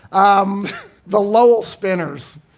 um the loel spinners.